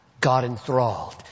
God-enthralled